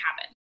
happen